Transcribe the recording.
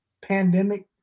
pandemic